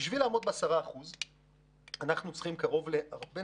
בשביל לעמוד ב-10% אנחנו צריכים בין